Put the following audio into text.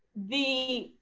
the